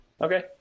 Okay